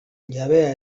jabea